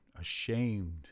ashamed